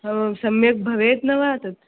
ओ सम्यक् भवेत् न वा तत्